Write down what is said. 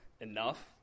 enough